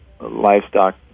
livestock